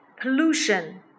pollution